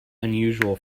unusual